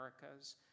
Americas